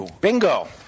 Bingo